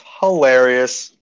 hilarious